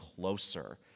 closer